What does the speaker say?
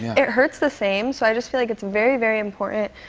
it hurts the same, so i just feel like it's very, very important,